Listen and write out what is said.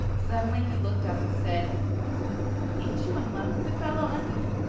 suddenly he looked up and said ain't you in love with the fellow, undie?